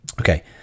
Okay